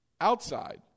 outside